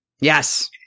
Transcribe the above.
Yes